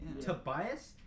Tobias